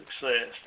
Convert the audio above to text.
success